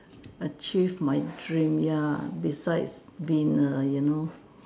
achieve my dream ya besides been a you know